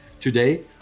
Today